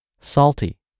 salty